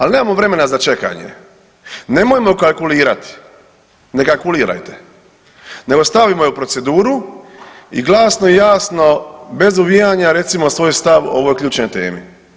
Ali nemamo vremena za čekanje, nemojmo kalkulirati, ne kalkulirajte, nego stavimo je u proceduru i glasno i jasno bez uvijanja recimo svoj stav o ovoj ključnoj temi.